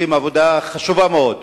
עושים עבודה חשובה מאוד.